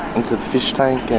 into the fish tank